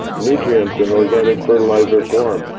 nutrients in organic fertilizer form.